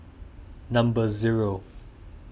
number zero